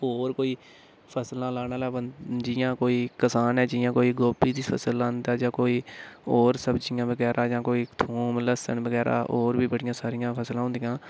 होर कोई फसलां लाने आह्ला जियां कोई किसान ऐ जियां कोई गोभी दी फसल लांदा ऐ जां कोई होर सब्ज़ियां बगैरा जां कोई थोम लस्सन बगैरा होर बी बड़ी सारियां फसलां होंदियां